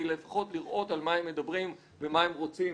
שיראו לפחות על מה הם מדברים ומה הם רוצים